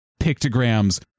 pictograms